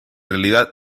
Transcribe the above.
realidad